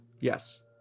yes